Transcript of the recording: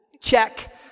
Check